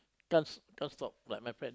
can't can't stop like my friend